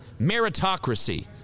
meritocracy